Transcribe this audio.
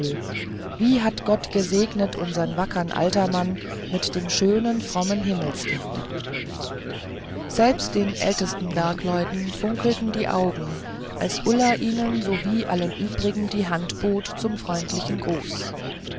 wie hat gott gesegnet unsern wackern altermann mit dem schönen frommen himmelskinde selbst den ältesten bergleuten funkelten die augen als ulla ihnen sowie allen übrigen die hand bot zum freundlichen gruß